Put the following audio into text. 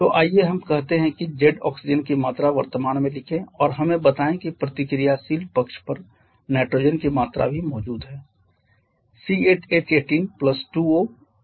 तो आइए हम कहते हैं कि z ऑक्सीजन की मात्रा वर्तमान में लिखें और हमें बताएं कि प्रतिक्रियाशील पक्ष पर नाइट्रोजन की मात्रा भी मौजूद है